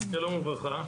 שלום וברכה.